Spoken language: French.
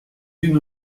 une